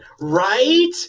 Right